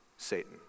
Satan